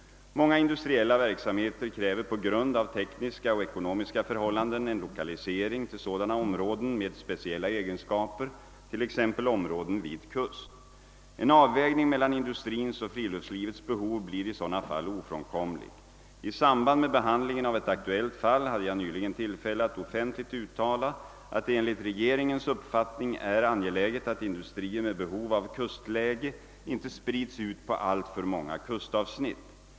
Många industriella verksamheter kräver på grund av tekniska och ekonomiska förhållanden en lokalisering till sådana områden med speciella egenskaper, t.ex. områden vid kust. En avvägning mellan industrins och friluftslivets behov blir i sådana fall ofrånkomlig. I samband med behandlingen av ett aktuellt fall hade jag nyligen till fälle att offentligt uttala att det enligt regeringens uppfattning är angeläget att industrier med behov av kustläge inte sprids ut på alltför många kustavsnitt.